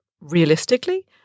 realistically